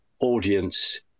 audience